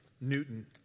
Newton